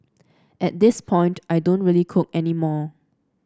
at this point I don't really cook any more